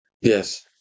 Yes